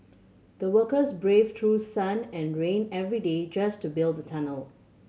the workers braved through sun and rain every day just to build the tunnel